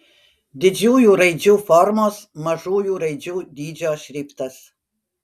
didžiųjų raidžių formos mažųjų raidžių dydžio šriftas